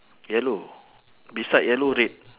yellow beside yellow red